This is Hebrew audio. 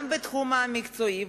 גם בתחום המקצועי,